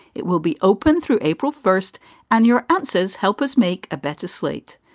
it will be open through april first and your answers help us make a better slate.